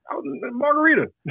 Margarita